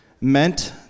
meant